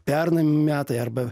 pernai metai arba